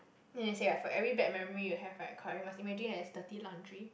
then they say right for every bad memory you have right you must imagine it as dirty laundry